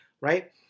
right